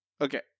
Okay